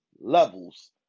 levels